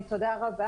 תודה רבה.